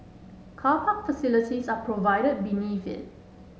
car park facilities are provided beneath it